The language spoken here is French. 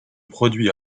produit